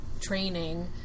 training